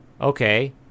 okay